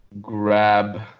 grab